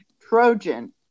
Trojan